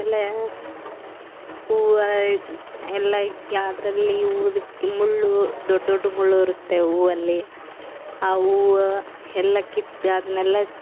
ಆಮೇಲೇ ಹೂವು ಎಲ್ಲ ಹೆಕ್ಕಿ ಅದ್ರಲ್ಲಿ ಮುಳ್ಳು ದೊಡ್ಡ ದೊಡ್ಡ ಮುಳ್ಳು ಇರುತ್ತೆ ಹೂವು ಅಲ್ಲಿ ಆ ಹೂವು ಎಲ್ಲ ಕಿತ್ತು ಅದ್ನೆಲ್ಲ